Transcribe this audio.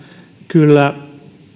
kyllä